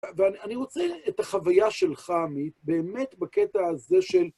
ואני רוצה את החוויה שלך, עמית, באמת בקטע הזה של...